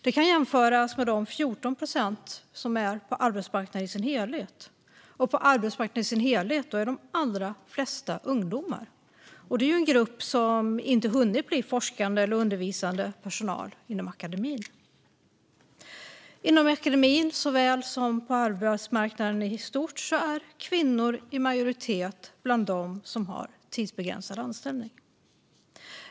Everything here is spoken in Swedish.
Det kan jämföras med att det är 14 procent på arbetsmarknaden som helhet, varav de allra flesta är ungdomar, en grupp som inte hunnit bli forskande eller undervisande personal inom akademin. Inom akademin såväl som på arbetsmarknaden i stort är kvinnor i majoritet bland dem som har tidsbegränsad anställning.